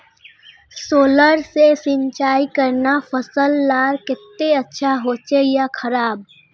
Solar से सिंचाई करना फसल लार केते अच्छा होचे या खराब?